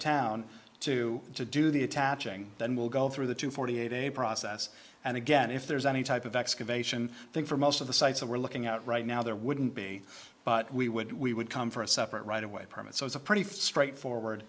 too to do the attaching then we'll go through the two forty eight a process and again if there's any type of excavation thing for most of the sites and we're looking at right now there wouldn't be but we would we would come for a separate right away permit so it's a pretty straightforward